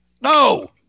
No